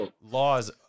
laws